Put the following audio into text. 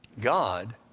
God